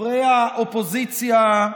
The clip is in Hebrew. חברי האופוזיציה,